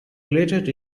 related